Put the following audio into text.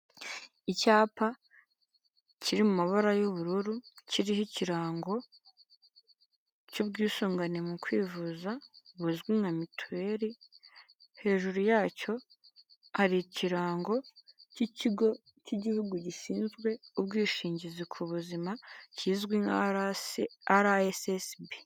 Icyapa kiri mu mabara y'ubururu kiriho ikirango cy'ubwisungane mu kwivuza buzwi nka mituweli, hejuru yacyo hari ikirango cy'ikigo cy'igihugu gishinzwe ubwishingizi ku buzima kizwi nka ara esesibi.